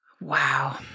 Wow